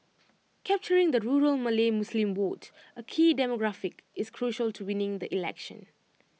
capturing the rural Malay Muslim vote A key demographic is crucial to winning the election